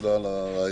תודה על הרעיון.